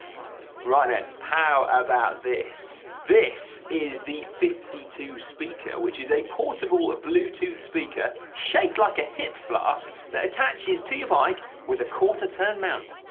might be. right then, how about this? this is the fifty two speaker, which is a portable ah bluetooth speaker shaped like a hip flask that attaches to your bike with a quarter-turn mount.